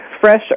fresh